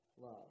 love